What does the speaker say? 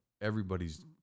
everybody's